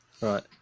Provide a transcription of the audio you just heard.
Right